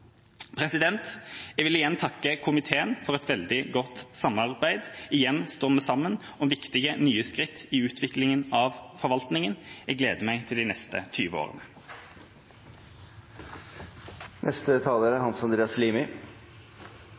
Jeg vil igjen takke komiteen for et veldig godt samarbeid. Igjen står vi sammen om viktige, nye skritt i utviklingen av forvaltningen. Jeg gleder meg til de neste 20